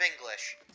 English